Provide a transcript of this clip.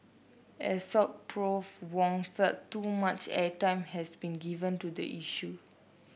Assoc Prof Wong felt too much airtime has been given to the issue